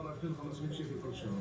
באמת בחודשים האחרונים גם היינו בשולחן